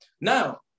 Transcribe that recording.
Now